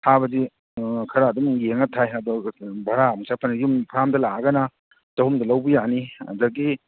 ꯊꯥꯕꯗꯤ ꯑꯥ ꯈꯔ ꯑꯗꯨꯝ ꯌꯦꯡꯉ ꯊꯥꯏ ꯑꯗꯣ ꯕꯔꯥ ꯑꯃꯨꯛ ꯆꯠꯄꯅꯤꯅ ꯌꯨꯝ ꯐ꯭ꯔꯥꯝꯗ ꯂꯥꯛꯑꯒꯅ ꯆꯍꯨꯝꯗ ꯂꯧꯕ ꯌꯥꯅꯤ ꯑꯗꯒꯤ